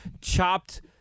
chopped